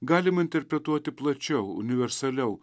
galima interpretuoti plačiau universaliau